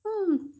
hmm